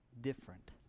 different